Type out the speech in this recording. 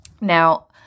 Now